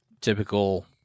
Typical